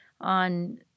on